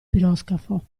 piroscafo